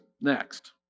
Next